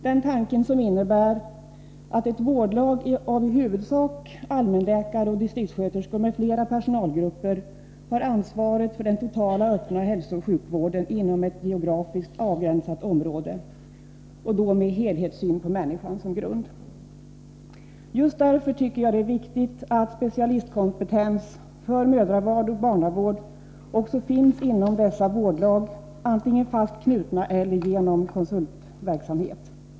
Den tanken innebär att ett vårdlag av i huvudsak allmänläkare och distriktssköterskor m.fl. personalgrupper har ansvaret för den totala öppna hälsooch sjukvården inom ett geografiskt avgränsat område, och då med en helhetssyn på människan som grund. Just därför tycker jag det är viktigt att specialistkompetens för mödravård och barnavård också finns inom dessa vårdlag, antingen fast knuten eller genom konsultverksamhet.